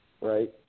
Right